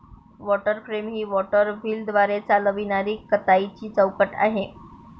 water frame ही water व्हीलद्वारे चालविणारी कताईची चौकट आहे